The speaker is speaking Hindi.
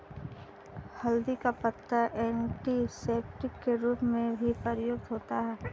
हल्दी का पत्ता एंटीसेप्टिक के रूप में भी प्रयुक्त होता है